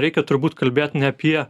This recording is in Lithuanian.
reikia turbūt kalbėt ne apie